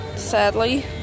Sadly